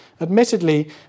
Admittedly